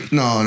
no